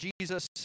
Jesus